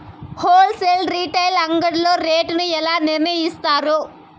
Whole sale retail అంగడ్లలో rate ను ఎలా నిర్ణయిస్తారు యిస్తారు?